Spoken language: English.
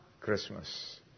Christmas